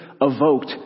evoked